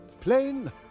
plain